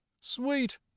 sweet